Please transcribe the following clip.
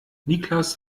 niklas